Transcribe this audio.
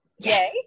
yay